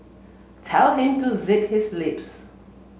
tell him to zip his lips